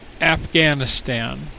Afghanistan